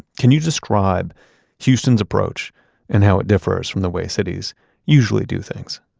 can you describe houston's approach and how it differs from the way cities usually do things?